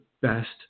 best